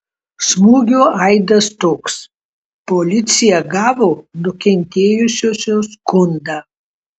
smūgio aidas toks policija gavo nukentėjusiosios skundą